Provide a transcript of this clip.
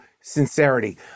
sincerity